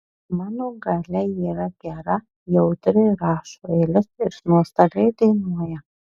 mano galia yra gera jautri rašo eiles ir nuostabiai dainuoja